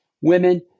women